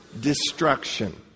destruction